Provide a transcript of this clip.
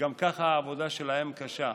וגם ככה העבודה שלהם קשה.